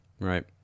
Right